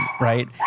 right